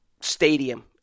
stadium